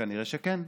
כנראה שכן.